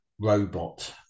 robot